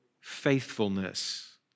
faithfulness